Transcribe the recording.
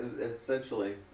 essentially